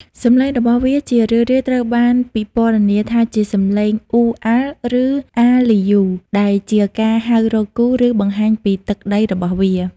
សំឡេងរបស់វាជារឿយៗត្រូវបានពិពណ៌នាថាជាសំឡេង "អ៊ូ-អាល់" ឬ "អា-លីយូ" ដែលជាការហៅរកគូ ឬបង្ហាញពីទឹកដីរបស់វា។